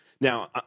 now